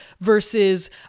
versus